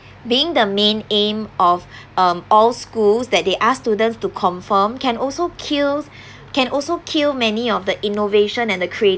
being the main aim of um all schools that they asked students to confirm can also kills can also kill many of the innovation and the creativity